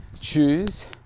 choose